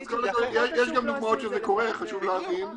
יש גם דוגמאות שזה קורה, חשוב להבין.